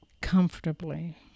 comfortably